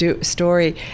story